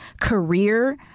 career